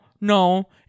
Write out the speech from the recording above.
no